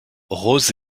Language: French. rose